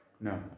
No